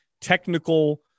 technical